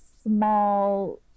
small